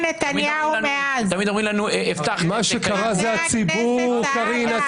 כחברי אופוזיציה מול חבר הכנסת יעקב אשר.